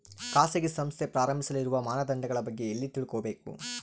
ಖಾಸಗಿ ಸಂಸ್ಥೆ ಪ್ರಾರಂಭಿಸಲು ಇರುವ ಮಾನದಂಡಗಳ ಬಗ್ಗೆ ಎಲ್ಲಿ ತಿಳ್ಕೊಬೇಕು?